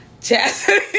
Chastity